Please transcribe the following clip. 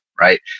right